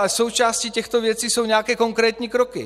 Součástí těchto věcí jsou nějaké konkrétní kroky.